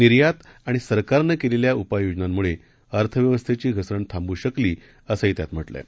निर्यातआणिसरकारनंकेलेल्याउपाययोजनांमुळेअर्थव्यवस्थेचीघसरणथांबूशकली असंत्यातम्हटलंआहे